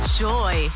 joy